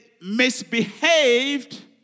misbehaved